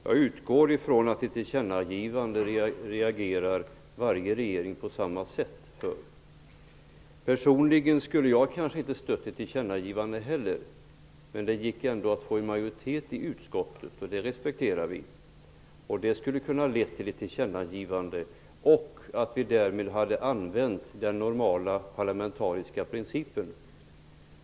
Jag utgår från att varje regering reagerar på samma sätt på ett tillkännagivande. Personligen skulle jag kanske inte ha stött ett tillkännagivande heller. Det gick ju ändå att få en majoritet i utskottet, och det respekterar vi. Det skulle ha kunnat leda till ett tillkännagivande. Därmed kunde vi ha tillämpat den normala parlamentariska principen.